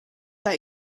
that